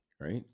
right